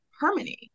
harmony